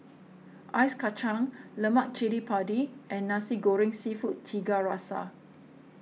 Ice Kachang Lemak Cili Padi and Nasi Goreng Seafood Tiga Rasa